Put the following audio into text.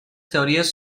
teories